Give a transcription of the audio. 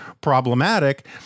problematic